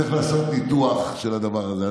צריך לעשות ניתוח של הדבר הזה.